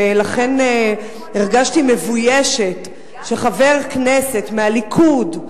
ולכן הרגשתי מבוישת שחבר כנסת מהליכוד,